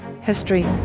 history